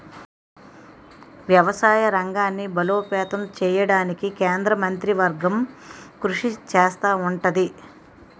వ్యవసాయ రంగాన్ని బలోపేతం చేయడానికి కేంద్ర మంత్రివర్గం కృషి చేస్తా ఉంటది